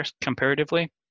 comparatively